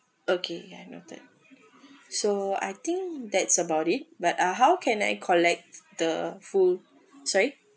okay I note that so I think that's about it but ah how can I collect the full sorry